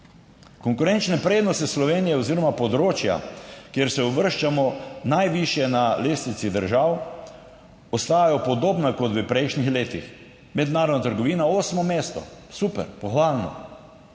Konkurenčne prednosti Slovenije oziroma področja, kjer se uvrščamo najvišje na lestvici držav, ostajajo podobna kot v prejšnjih letih: mednarodna trgovina osmo mesto, super pohvalno